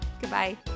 Goodbye